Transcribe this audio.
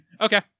Okay